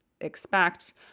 expect